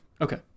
Okay